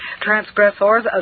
transgressors